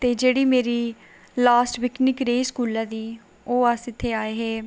ते जेहड़ी मेरी लास्ट पिकनिक रेही साढ़ी स्कूलें दी ओह् अस इत्थै आए हे